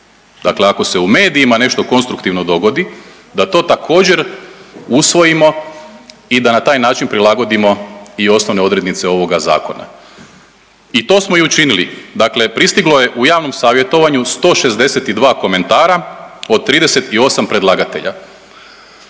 dakle ako se u medijima nešto konstruktivno dogodi, da to također, usvojimo i da na taj način prilagodimo i osnovne odrednice ovoga zakona i to smo i učinili. Dakle pristiglo je u javnom savjetovanju 162 komentara od 38 predlagatelja.